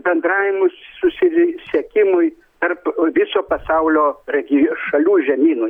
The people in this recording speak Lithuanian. bendravimui susisiekimui tarp viso pasaulio regi šalių žemynų